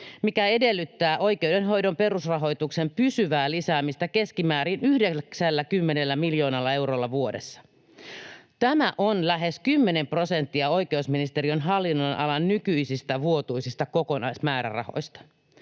mikä edellyttää oikeudenhoidon perusrahoituksen pysyvää lisäämistä keskimäärin 90 miljoonalla eurolla vuodessa. Tämä on lähes 10 prosenttia oikeusministeriön hallinnonalan nykyisistä vuotuisista kokonaismäärärahoista.